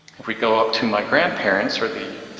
if we go up to my grandparents, or the,